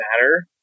matter